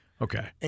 Okay